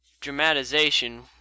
dramatization